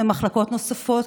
ממחלקות נוספות,